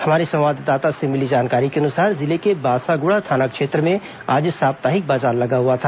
हमारे संवाददाता से मिली जानकारी के अनुसार जिले के बासागुड़ा थाना क्षेत्र में आज साप्ताहिक बाजार लगा हुआ था